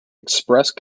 expressed